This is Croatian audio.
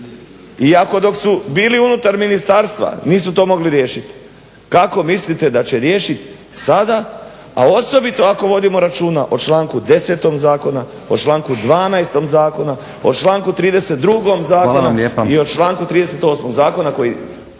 iako dok su bili unutar ministarstva nisu to mogli riješiti. Kako mislite da će riješit sada a osobito ako vodimo računa o članku 10. zakona, o članku 12. zakona, o članku 32. zakona i o članku 38. zakona koji